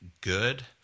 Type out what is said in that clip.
good